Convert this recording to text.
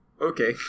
okay